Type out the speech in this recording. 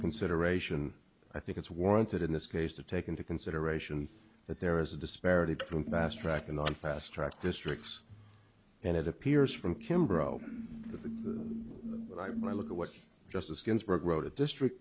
consideration i think it's warranted in this case to take into consideration that there is a disparity between fast track along fast track districts and it appears from kember oh look at what justice ginsburg wrote a district